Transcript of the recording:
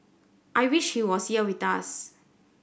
I wish he was here with us